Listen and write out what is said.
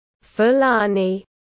Fulani